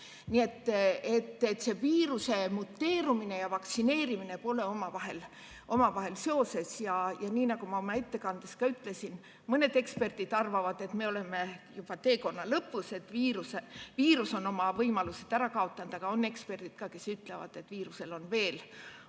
Nii et see viiruse muteerumine ja vaktsineerimine pole omavahel seoses. Ja nii nagu ma oma ettekandes ka ütlesin, mõned eksperdid arvavad, et me oleme juba teekonna lõpus, et viirus on oma võimalused ammendanud. Samas on eksperte, kes ütlevad, et viirusel on midagi